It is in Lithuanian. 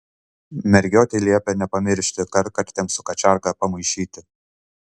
mergiotei liepia nepamiršti kartkartėm su kačiarga pamaišyti